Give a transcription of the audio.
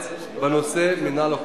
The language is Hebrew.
בבקשה.